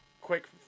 quick